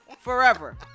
forever